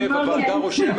אדוני היושב-ראש,